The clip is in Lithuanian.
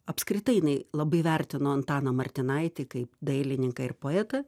apskritai jinai labai vertino antaną martinaitį kaip dailininką ir poetą